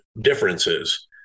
differences